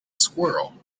squirrel